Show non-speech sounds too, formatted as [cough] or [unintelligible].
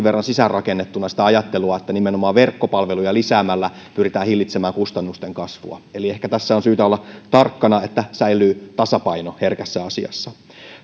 [unintelligible] verran sisäänrakennettuna sitä ajattelua että nimenomaan verkkopalveluja lisäämällä pyritään hillitsemään kustannusten kasvua eli ehkä tässä on syytä olla tarkkana että säilyy tasapaino herkässä asiassa